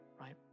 right